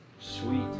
sweet